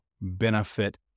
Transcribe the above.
benefit